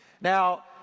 Now